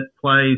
plays